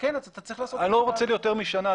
כן אתה צריך לעשות --- אני לא רוצה ליותר משנה.